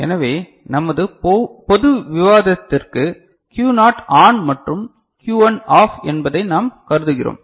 எனவே நமது பொது விவாதத்திற்கு Q னாட் ஆன் மற்றும் Q1 ஆஃப் என்பதை நாம் கருதுகிறோம்